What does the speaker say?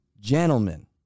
gentlemen